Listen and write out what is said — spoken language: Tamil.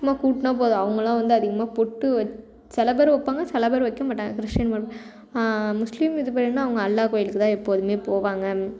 சும்மா கூப்ட்னா போதும் அவங்களாம் வந்து அதிகமாக பொட்டு வச் சில பேர் வைப்பாங்க சில பேர் வைக்கமாட்டாங்க கிறிஸ்டியன் மொறை முஸ்லீம் இதுபடினா அவங்க அல்லா கோயிலுக்கு தான் எப்போதுமே போவாங்க